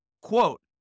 Quote